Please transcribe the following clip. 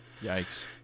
Yikes